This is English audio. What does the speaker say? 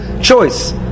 choice